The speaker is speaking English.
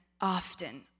often